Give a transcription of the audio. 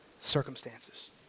circumstances